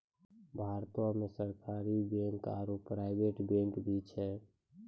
भारतो मे सरकारी बैंक आरो प्राइवेट बैंक भी छै